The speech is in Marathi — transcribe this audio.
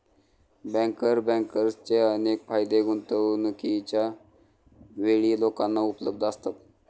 बँकर बँकर्सचे अनेक फायदे गुंतवणूकीच्या वेळी लोकांना उपलब्ध असतात